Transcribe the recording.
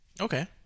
Okay